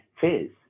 fizz